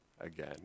again